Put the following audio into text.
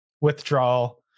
withdrawal